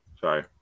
sorry